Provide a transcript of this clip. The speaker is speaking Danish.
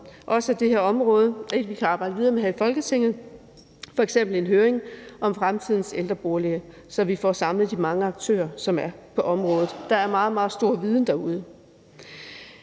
at det her område er et, vi kan arbejde videre med her i Folketinget, f.eks. i en høring om fremtidens ældreboliger, så vi får samlet de mange aktører, som er på området. Der er meget, meget stor viden derude.